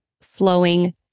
slowing